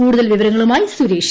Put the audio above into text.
കൂടുതൽ വിവരങ്ങളുമായി സുരേഷ്